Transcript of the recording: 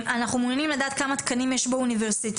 אנחנו מעוניינים לדעת כמה תקנים יש באוניברסיטאות